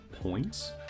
points